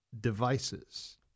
devices